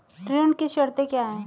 ऋण की शर्तें क्या हैं?